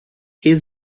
his